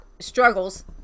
struggles